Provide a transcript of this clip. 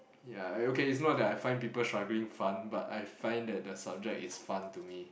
ya uh okay it's not that I find people struggling fun but I find that the subject is fun to me